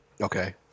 Okay